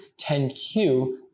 10Q